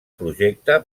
projecte